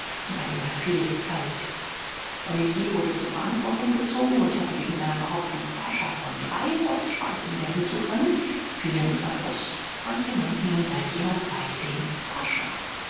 und bei dem er viel galt olivier wurde zur verantwortung gezogen und hatte wegen seiner behauptung pascha von drei roßschweifen werden zu können vielen verdruß manche nannten ihnen seit jener zeit den pascha